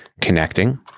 connecting